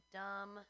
dumb